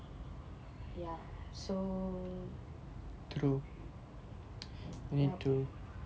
ya so